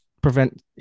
prevent